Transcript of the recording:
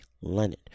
Leonard